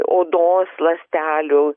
odos ląstelių